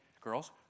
girls